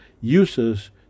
uses